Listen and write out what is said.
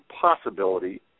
possibility